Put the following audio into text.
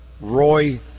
Roy